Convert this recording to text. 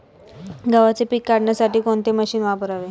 गव्हाचे पीक काढण्यासाठी कोणते मशीन वापरावे?